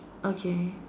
okay